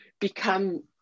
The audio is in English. become